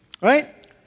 Right